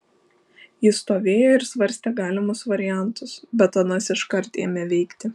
jis stovėjo ir svarstė galimus variantus bet anas iškart ėmė veikti